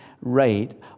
rate